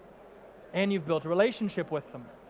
and you've built a relationship with them.